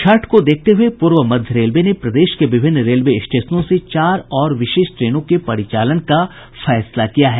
छठ को देखते हये पूर्व मध्य रेलवे ने प्रदेश के विभिन्न रेलवे स्टेशनों से चार और विशेष ट्रेनों के परिचालन का फैसला किया है